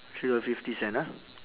three dollar fifty cent ah